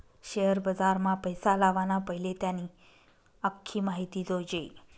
share बजारमा पैसा लावाना पैले त्यानी आख्खी माहिती जोयजे